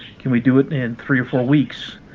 can we do it in three or four weeks?